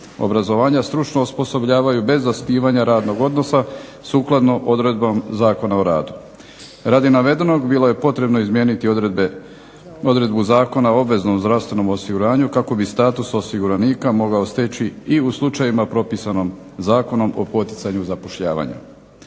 obrazovanja stručno osposobljavaju bez zasnivanja radnog odnosa sukladno odredbom Zakona o radu. Radi navedenog bilo je potrebno izmijeniti odredbu Zakona o obveznom zdravstvenom osiguranju kako bi status osiguranika mogao steći i u slučajevima propisanom Zakonom o poticanju u zapošljavanju.